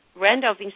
Randolph